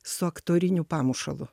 su aktoriniu pamušalu